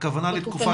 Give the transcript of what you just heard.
הכוונה לתקופת ההמתנה?